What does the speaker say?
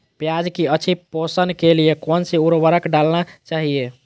प्याज की अच्छी पोषण के लिए कौन सी उर्वरक डालना चाइए?